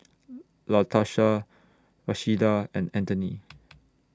Latarsha Rashida and Anthony